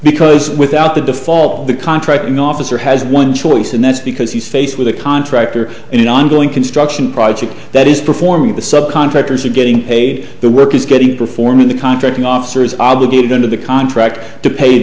because without the default the contracting officer has one choice and that's because he's faced with a contractor in an ongoing construction project that is performing the sub contractors are getting paid the work is getting performing the contracting officer is obligated under the contract to pay